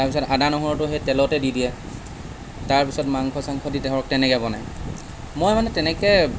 তাৰপিছত আদা নহৰুটো সেই তেলতে দি দিয়ে তাৰপিছত মাংস চাংস দি ধৰক তেনেকৈ বনায় মই মানে তেনেকৈ